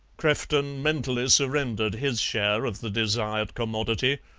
crefton mentally surrendered his share of the desired commodity.